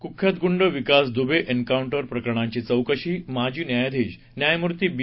कुख्यात गुंड विकास दुबे एन्काऊंटर प्रकरणाची चौकशी माजी न्यायाधीश न्यायमूर्ती बी